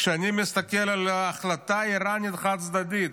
כשאני מסתכל על החלטה איראנית חד-צדדית,